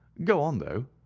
go on, though.